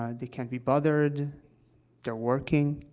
ah they can't be bothered they're working.